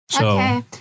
Okay